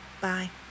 Bye